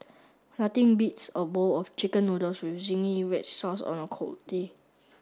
nothing beats a bowl of chicken noodles with zingy red sauce on a cold day